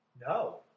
No